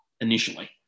initially